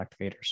activators